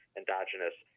endogenous